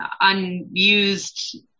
unused